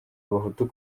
abahutu